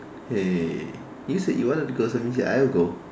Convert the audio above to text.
hey you said you wanted to go so I only I said I'll go